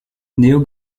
néo